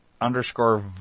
underscore